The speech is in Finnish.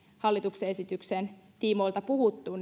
hallituksen esityksen tiimoilta puhuttu